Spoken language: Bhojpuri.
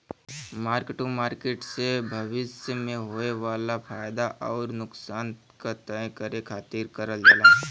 मार्क टू मार्किट से भविष्य में होये वाला फयदा आउर नुकसान क तय करे खातिर करल जाला